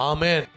Amen